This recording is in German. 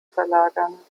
verlagern